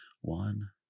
One